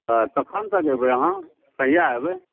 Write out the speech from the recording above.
कखन तक एबै अहाँ कहिआ एबै